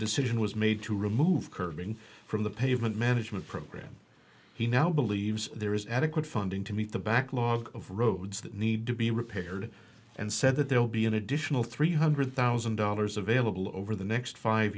decision was made to remove curbing from the pavement management program he now believes there is adequate funding to meet the backlog of roads that need to be repaired and said that there will be an additional three hundred thousand dollars available over the next five